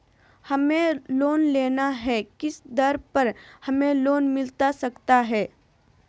हमें लोन लेना है किस दर पर हमें लोन मिलता सकता है?